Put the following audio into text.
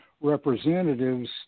representatives